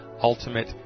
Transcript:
Ultimate